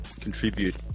contribute